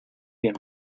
bien